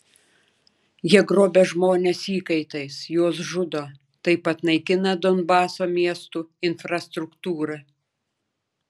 jie grobia žmones įkaitais juos žudo taip pat naikina donbaso miestų infrastruktūrą